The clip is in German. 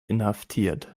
inhaftiert